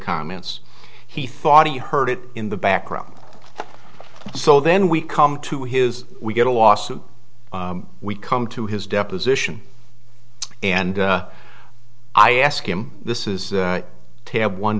comments he thought he heard it in the background so then we come to his we get a lawsuit we come to his deposition and i ask him this is a ta